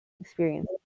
experience